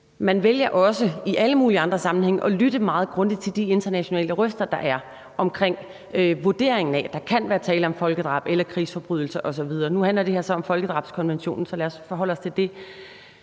Man vælger også i alle mulige andre sammenhænge at lytte meget grundigt til de internationale røster, der er, med hensyn til vurderingen af, at der kan være tale om folkedrab eller krigsforbrydelser osv. Nu handler det her så om folkedrabskonventionen, så lad os forholde os til det.